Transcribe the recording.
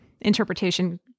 interpretation